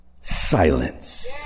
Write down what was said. silence